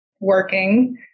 working